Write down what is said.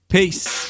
Peace